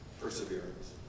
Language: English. perseverance